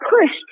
pushed